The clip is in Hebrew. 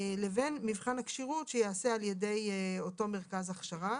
לבין מבחן הכשירות שייעשה על ידי אותו מרכז הכשרה,